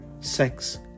sex